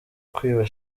kwiba